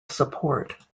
support